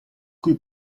cui